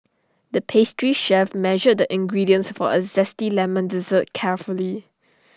the pastry chef measured the ingredients for A Zesty Lemon Dessert carefully